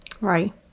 Right